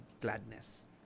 gladness